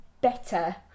better